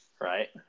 right